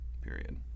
period